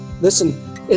Listen